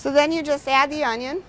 so then you just add the onion